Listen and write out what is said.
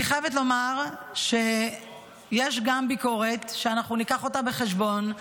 אני חייבת לומר שיש גם ביקורת שאנחנו ניקח אותה בחשבון.